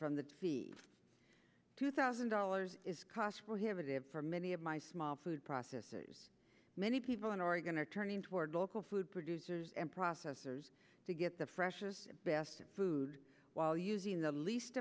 from that fee two thousand dollars is cost prohibitive for many of my small food processes many people in oregon are turning toward local food producers and processors to get the freshest best food while using the least